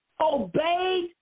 obeyed